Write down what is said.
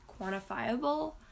quantifiable